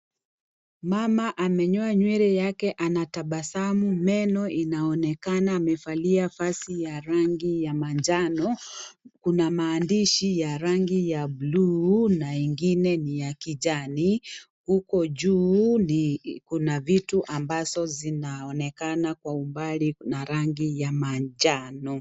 Mama amenyoa nywele yake anatabasaamu meno inaonekana amevalia vazi ya rangi ya manjano kuna maandishi ya rangi ya bluu na ingine niya kijani huko juu kuna vitu ambazo zinaonekana kwa umbali na rangi ya manjano.